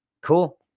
Cool